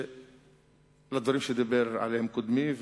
לדברים שדיבר עליהם קודמי,